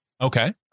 Okay